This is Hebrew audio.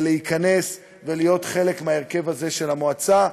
להיכנס ולהיות חלק מההרכב של המועצה.